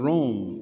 Rome